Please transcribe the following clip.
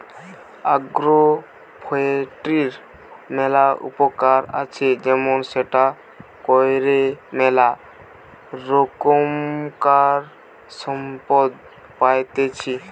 agro ফরেষ্ট্রীর ম্যালা উপকার আছে যেমন সেটা কইরে ম্যালা রোকমকার সম্পদ পাইতেছি